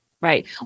Right